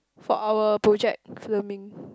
for our project filming